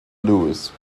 lewis